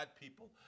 people